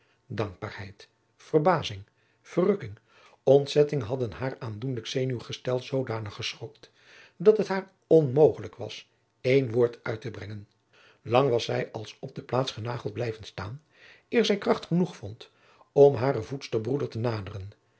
dankbaarheid verbazing verrukking ontzetting hadden haar aandoenlijk zenuwgestel zoodanig geschokt dat het haar onmogelijk was één woord uittebrengen lang was zij als op de plaats genageld blijven staan eer zij kracht genoeg vond om haren voedsterbroeder te naderen